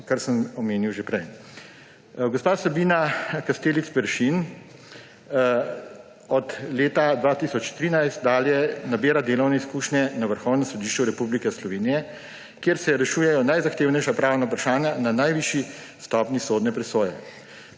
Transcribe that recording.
kar sem omenil že prej. Gospa Sabina Kastelic Peršin od leta 2013 dalje nabira delovne izkušnje na Vrhovnem sodišču Republike Slovenije, kjer se rešujejo najzahtevnejša pravna vprašanja na najvišji stopnji sodne presoje.